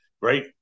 right